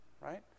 right